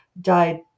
Died